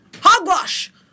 hogwash